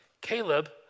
Caleb